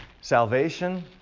salvation